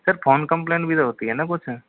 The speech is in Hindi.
सर फोन कम्प्लेन भी तो होती है न कुछ